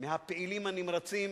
מהפעילים הנמרצים,